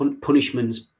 punishments